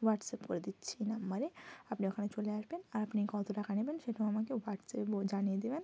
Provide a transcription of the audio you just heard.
WhatsApp করে দিচ্ছি এই নাম্বারে আপনি ওখানে চলে আসবেন আর আপনি কত টাকা নেবেন সেটাও আমাকে হোয়াটসঅ্যাপে ব জানিয়ে দেবেন